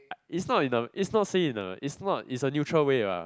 is not in a is not say in a is not is a neutral way lah